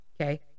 okay